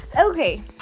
Okay